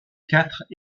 quatre